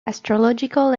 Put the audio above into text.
astrological